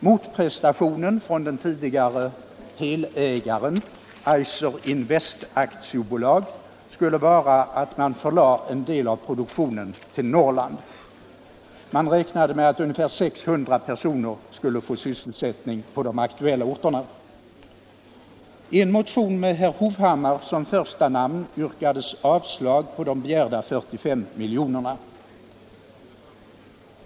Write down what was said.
Motprestationen från den tidigare helägaren Eiser Invest AB skulle vara att man förlade en del av produktionen till Norrland. Man räknade med att ungefär 600 personer skulle få sysselsättning i de aktuella orterna. I en motion med herr Hovhammar som första namn yrkades avslag på de begärda 45 miljonerna.